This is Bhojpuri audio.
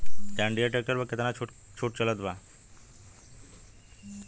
जंडियर ट्रैक्टर पर कितना के छूट चलत बा?